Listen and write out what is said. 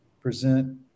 Present